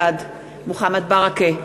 בעד מוחמד ברכה,